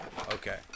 Okay